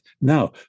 now